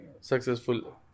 successful